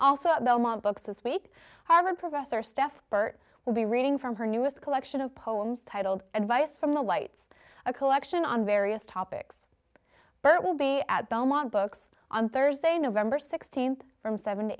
at belmont books this week harvard professor steph burt will be reading from her newest collection of poems titled advice from the lights a collection on various topics but will be at belmont books on thursday november sixteenth from seven to